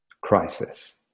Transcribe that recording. crisis